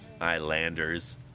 Islanders